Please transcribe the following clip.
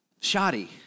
shoddy